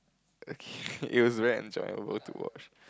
okay it was very enjoyable to watch